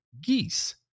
geese